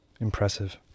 impressive